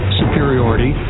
superiority